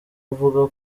avuga